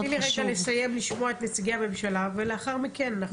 תני לי רגע לסיים לשמוע את נציגי הממשלה ולאחר מכן אנחנו נעבור.